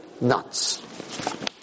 nuts